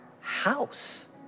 house